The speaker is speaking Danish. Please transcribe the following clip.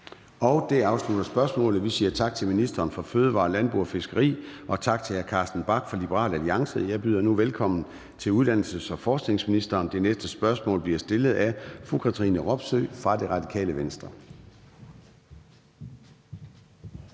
Det afslutter spørgsmålet, og vi siger tak til ministeren for fødevarer, landbrug og fiskeri og tak til hr. Carsten Bach fra Liberal Alliance. Jeg byder nu velkommen til uddannelses- og forskningsministeren, og det næste spørgsmål bliver stillet af fru Katrine Robsøe fra Radikale Venstre.